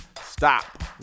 Stop